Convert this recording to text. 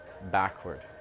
backward